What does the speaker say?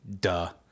duh